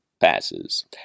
passes